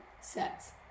sets